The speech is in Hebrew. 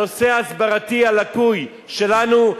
הנושא ההסברתי הלקוי שלנו,